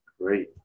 Great